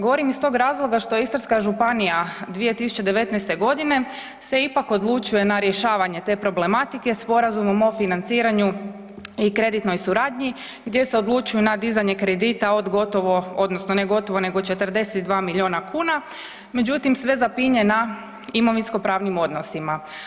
Govorim iz tog razloga što Istarska županija 2019.g. se ipak odlučuje na rješavanje te problematike Sporazumom o financiranju i kreditnoj suradnji gdje se odlučuju na dizanje kredita od gotovo odnosno ne gotovo nego 42 milijuna kuna, međutim sve zapinje na imovinsko pravnim odnosima.